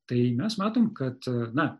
tai mes matom kad na